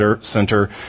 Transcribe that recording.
center